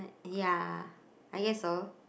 ya I guess so